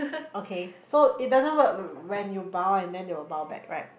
okay so it doesn't work when you bow and then they'll bow back right